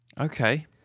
Okay